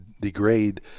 degrade